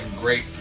great